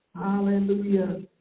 Hallelujah